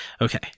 Okay